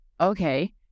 okay